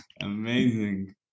Amazing